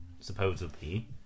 supposedly